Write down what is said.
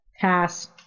Pass